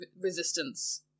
resistance